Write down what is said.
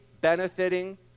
benefiting